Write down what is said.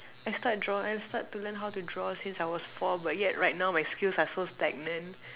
I start draw I start to learn how to draw since I was four but yet right now my skills are so stagnant